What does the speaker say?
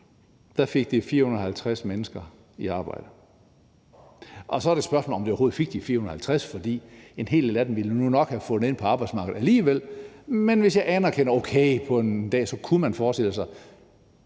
cykelstier – 450 mennesker i arbejde. Og så er det spørgsmålet, om vi overhovedet fik de 450, for en hel del af dem ville nu nok have fundet ind på arbejdsmarkedet alligevel, men lad os sige, at jeg anerkender det og siger, at okay, man kunne godt forestille sig,